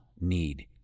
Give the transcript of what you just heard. need